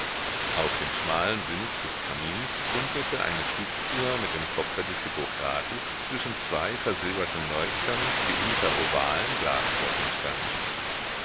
auf dem schmalen sims des kamins funkelte eine stutzuhr mit dem kopfe des hippokrates zwischen zwei versilberten leuchtern die unter ovalen glasglocken standen